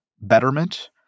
betterment